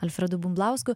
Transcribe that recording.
alfredu bumblausku